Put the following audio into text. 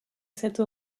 cette